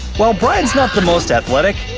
while brian's not the most athletic,